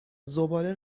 زباله